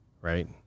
right